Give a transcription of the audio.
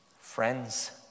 Friends